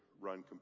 run